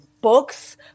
books